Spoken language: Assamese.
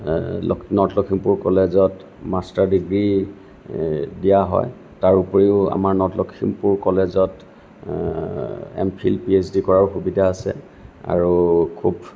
নৰ্থ লখিমপুৰ কলেজত মাষ্টাৰ ডিগ্ৰী দিয়া হয় তাৰ উপৰিও আমাৰ নৰ্থ লখিমপুৰ কলেজত এমফিল পিএইচডি কৰাৰো সুবিধা আছে আৰু খুব